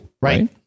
right